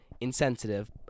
insensitive